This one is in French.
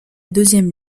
deuxième